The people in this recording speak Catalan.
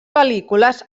pel·lícules